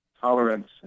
tolerance